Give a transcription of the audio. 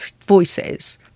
voices